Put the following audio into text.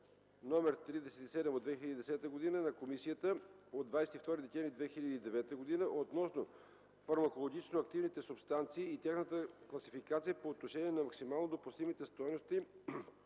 № 37/2010 на Комисията от 22 декември 2009 г. относно фармакологично-активните субстанции и тяхната класификация по отношение на максимално допустимите стойности